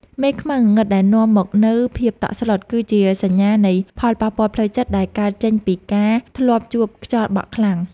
មេឃខ្មៅងងឹតដែលនាំមកនូវភាពតក់ស្លុត គឺជាសញ្ញានៃផលប៉ះពាល់ផ្លូវចិត្តដែលកើតចេញពីការធ្លាប់ជួបខ្យល់បក់ខ្លាំង។